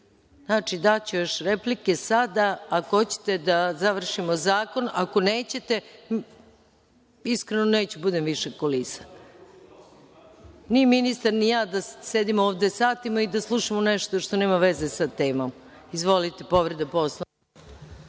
daću još replike sada ako hoćete da završimo zakon. Ako nećete, iskreno neću da budem više kulisa. Ni ministar ni ja da sedimo ovde satima i slušamo nešto što nema veze sa temom. Izvolite. Povreda Poslovnika.